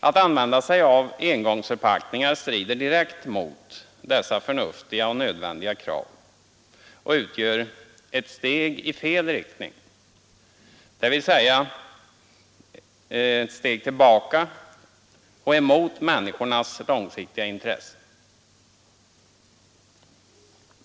Att använda sig av engångsförpackningar strider direkt mot dessa förnuftiga och nödvändiga krav och utgör ett steg i fel riktning, dvs. ett steg tillbaka och emot människornas långsiktiga intressen.